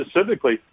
specifically